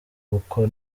kuko